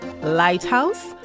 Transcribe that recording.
lighthouse